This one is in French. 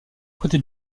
côté